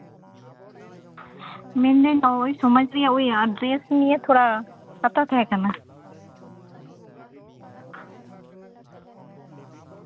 ᱢᱮᱱᱮᱫᱟᱹᱧ ᱳᱭ ᱥᱚᱢᱟᱡ ᱨᱮᱭᱟᱜ ᱛᱷᱚᱲᱟ ᱟᱨᱡᱮᱥ ᱨᱮᱱᱟᱜ ᱱᱤᱭᱮ ᱠᱟᱛᱷᱟ ᱛᱟᱦᱮᱸ ᱠᱟᱱᱟ